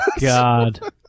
God